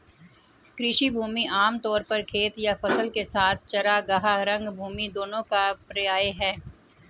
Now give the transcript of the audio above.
कृषि भूमि आम तौर पर खेत या फसल के साथ चरागाह, रंगभूमि दोनों का पर्याय है